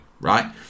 right